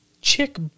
chick